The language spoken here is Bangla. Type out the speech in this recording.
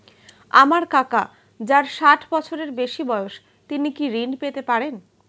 আমার কাকা যার ষাঠ বছরের বেশি বয়স তিনি কি ঋন পেতে পারেন?